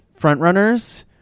frontrunners